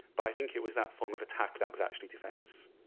but i think it was that form of attack that was actually defense.